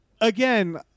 again